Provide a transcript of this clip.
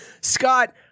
Scott